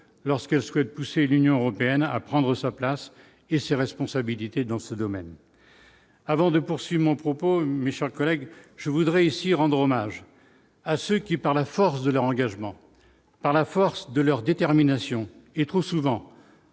lorsqu'elle souhaite pousser l'Union européenne à prendre sa place et ses responsabilités dans ce domaine avant de, poursuit mon propos mais collègue je voudrais ici, rendre hommage à ceux qui, par la force de leur engagement, par la force de leur détermination et trop souvent.